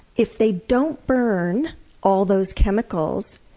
if they don't burn all those chemicals,